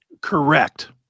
Correct